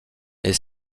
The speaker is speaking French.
est